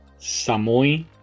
samui